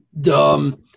dumb